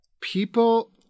people